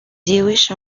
jewish